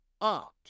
art